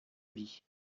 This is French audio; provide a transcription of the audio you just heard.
vie